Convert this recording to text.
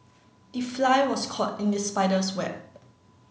the fly was caught in the spider's web